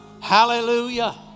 hallelujah